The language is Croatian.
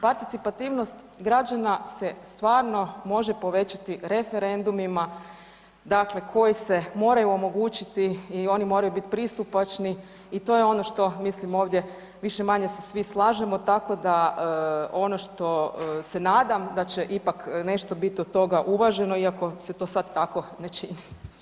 Parcitipativnost građana se stvarno može povećati referendumima, dakle koji se moraju omogućiti i oni moraju biti pristupačni i to je ono što mislim ovdje više-manje se svi slažemo, tako da ono što se nadam da će ipak nešto biti od toga uvaženo, iako se to sad tako ne čini.